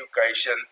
education